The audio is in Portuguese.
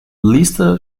lista